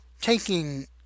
taking